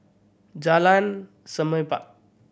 Jalan Semerbak